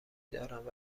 دارند